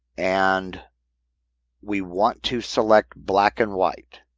and we want to select black and white.